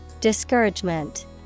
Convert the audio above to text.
Discouragement